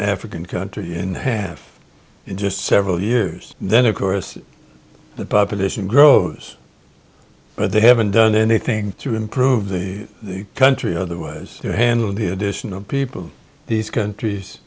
african country in half in just several years then of course the population grows but they haven't done anything to improve the country otherwise the hand of the additional people these countries